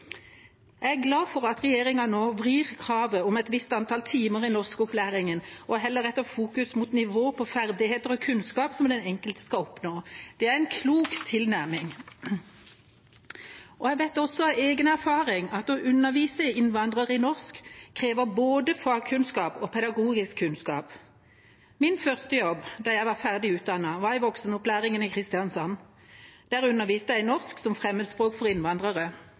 Jeg er glad for at regjeringa nå vrir kravet om et visst antall timer i norskopplæringen og heller retter fokus mot nivået på ferdigheter og kunnskap som den enkelte skal oppnå. Det er en klok tilnærming. Jeg vet også av egenerfaring at å undervise innvandrere i norsk krever både fagkunnskap og pedagogisk kunnskap. Min første jobb da jeg var ferdig utdannet, var i voksenopplæringen i Kristiansand. Der underviste jeg i norsk som fremmedspråk for innvandrere.